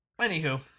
Anywho